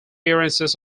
appearances